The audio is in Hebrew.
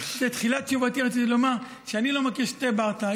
בתחילת תשובתי רציתי לומר שאני לא מכיר שתי ברטעה,